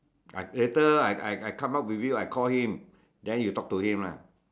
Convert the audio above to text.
I later I I I come up with you I call him then you talk to him lah